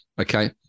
okay